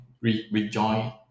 rejoin